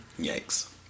yikes